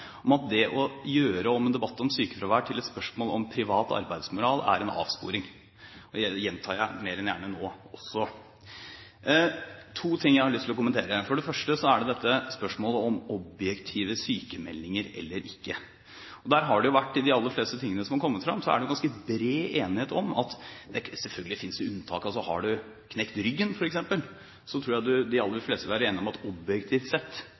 om at det å gjøre om debatten om sykefravær til et spørsmål om privat arbeidsmoral er en avsporing. Det gjentar jeg mer enn gjerne nå også. Det er to ting jeg har lyst til å kommentere. For det første er det spørsmålet om objektive sykmeldinger eller ikke. Rundt de aller fleste forholdene som har kommet fram, er det ganske bred enighet – selvfølgelig finnes det unntak, har du knekt ryggen f.eks., tror jeg de aller fleste vil være enige om at objektivt sett